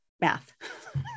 math